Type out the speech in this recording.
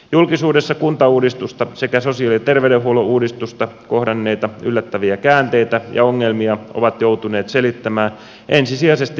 julkisuudessa kuntauudistusta sekä sosiaali ja terveydenhuollon uudistusta kohdanneita yllättäviä käänteitä ja ongelmia ovat joutuneet selittämään ensisijaisesti ministeriöiden virkamiehet